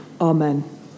Amen